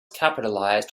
capitalized